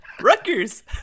Rutgers